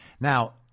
Now